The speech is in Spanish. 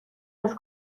los